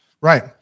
Right